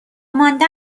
ماندن